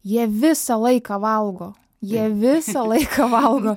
jie visą laiką valgo jie visą laiką valgo